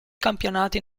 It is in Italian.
campionati